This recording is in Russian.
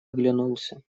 оглянулся